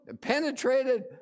penetrated